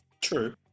True